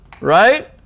Right